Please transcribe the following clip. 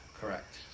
Correct